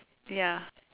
ya